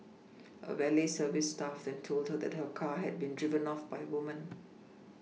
a valet service staff then told her that her car had been driven off by a woman